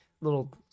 little